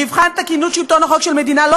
מבחן תקינות שלטון החוק של מדינה לא